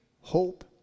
hope